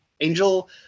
Angel